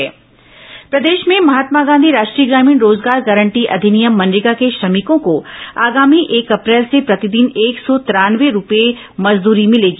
मनरेगा मजदूरी प्रदेश में महात्मा गांधी राष्ट्रीय ग्रामीण रोजगार गारंटी अधिनियम मनरेगा के श्रमिकों को आगामी एक अप्रैल से प्रतिदिन एक सौ तिरानवे रूपये मजदरी मिलेगी